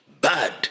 bad